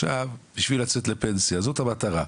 לצאת לפנסיה זאת המטרה,